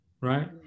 right